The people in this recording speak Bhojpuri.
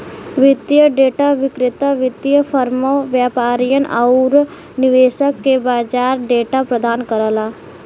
वित्तीय डेटा विक्रेता वित्तीय फर्मों, व्यापारियन आउर निवेशक के बाजार डेटा प्रदान करला